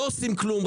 לא עושים כלום,